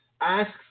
asks